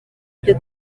byo